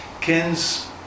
kins